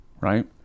Right